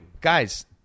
guys